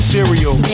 Cereal